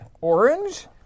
orange